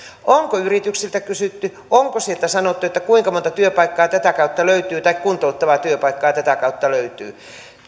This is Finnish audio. onko yrityksiltä kysytty onko sieltä sanottu kuinka monta työpaikkaa tai kuntouttavaa työpaikkaa tätä kautta löytyy